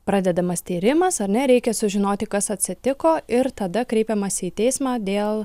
pradedamas tyrimas ar ne reikia sužinoti kas atsitiko ir tada kreipiamasi į teismą dėl